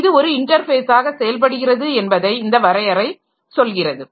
இது ஒரு இன்டர்ஃபேஸாக செயல்படுகிறது என்பதை இந்த வரையறை சொல்கிறது